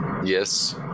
Yes